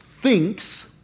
thinks